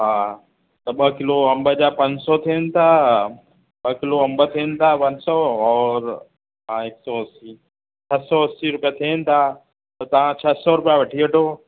हा त ॿ किलो अंब जा पंज सौ थियनि था ॿ किलो अंब थियनि था पंज सौ और हा हिकु सौ असी छ्ह सौ असी रुपया थियनि था त तव्हां छह सौ रुपया वठी वठो